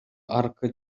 аркы